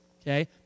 Okay